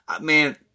man